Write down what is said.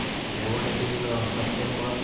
seventeen September